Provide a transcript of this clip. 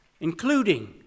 including